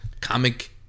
Comic